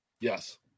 Yes